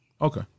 Okay